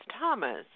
Thomas